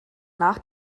nach